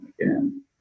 again